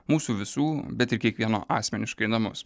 mūsų visų bet ir kiekvieno asmeniškai namus